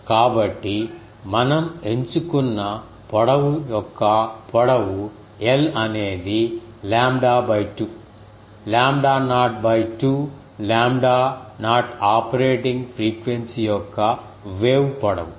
కాబట్టి మనం ఎంచుకున్న పొడవు యొక్క పొడవు l అనేది lambda 2 lambda naught 2 lambda naught operating frequency యొక్క వేవ్ పొడవు